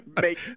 make